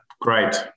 great